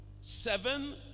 seven